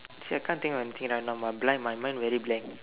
see I can't think of anything right now my blind my mind very blank